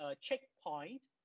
checkpoint